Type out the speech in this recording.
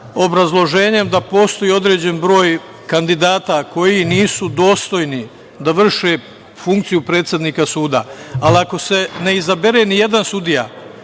obrazloženjem da postoji određen broj kandidata koji nisu dostojni da vrše funkciju predsednika suda, ali ako se ne izabere nijedan sudija,